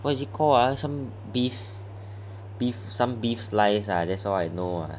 what is it called ah some beef slice ah that's all I know ah